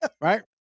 right